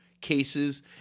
cases